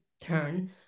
turn